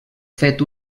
fet